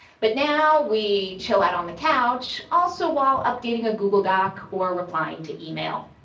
but now we chill out on the couch also while updating a google doc or replying to email.